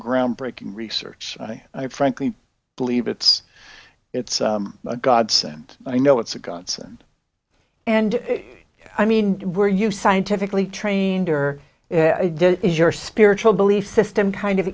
groundbreaking research and i frankly believe it's it's a godsend i know it's a gunson and i mean where you scientifically trained or is your spiritual belief system kind of